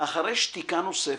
אחרי שתיקה נוספת,